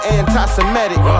anti-semitic